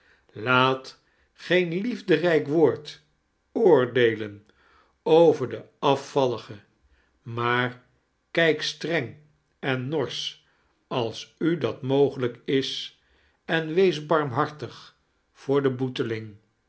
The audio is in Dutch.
laat geen liefderijk woord oordieelen over den afvallige maar kijk streng en norseh als u dat mogelijk is en wees barmhartig voor den